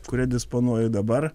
kuria disponuoju dabar